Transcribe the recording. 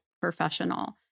professional